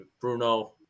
Bruno